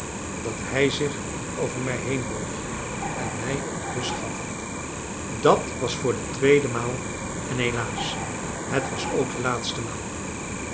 dat hij zich over mij heenboog en mij een kus gaf dat was voor de tweede maal en helaas het was ook de laatste maal